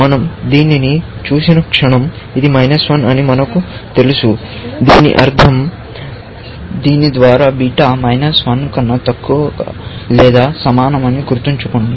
మనం దీనిని చూసిన క్షణం ఇది అని మనకు తెలుసు దీని ద్వారా బీటా కన్నా తక్కువ లేదా సమానమని గుర్తుంచుకోండి